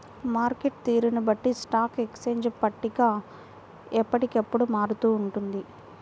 market తీరును బట్టి stock exchange పట్టిక ఎప్పటికప్పుడు మారుతూ ఉంటుంది